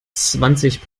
zwanzig